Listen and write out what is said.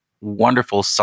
wonderful